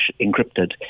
encrypted